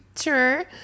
Sure